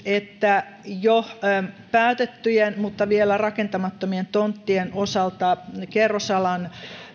että jo päätettyjen mutta vielä rakentamattomien tonttien osalta kerrosalan